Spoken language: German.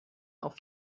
auf